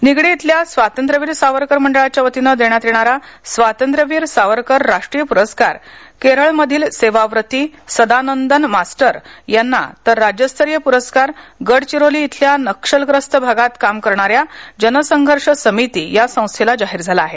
निगडी इथल्या स्वातंत्र्यवीर सावरकर मंडळाच्या वतीन देण्यात येणारा स्वातंत्र्यवीर सावरकर राष्ट्रीय पुरस्कार केरळ मधील सेवाव्रती सदानंदन मास्टर यांना तर राज्यस्तरीय पुरस्कार गडचिरोली इथल्या नक्षलग्रस्त भागात काम करणाऱ्या जनसंघर्ष समिती या संस्थेला जाहीर झाला आहे